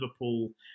Liverpool